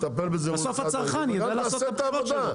בסוף הצרכן יידע לעשות את הבחירות שלו,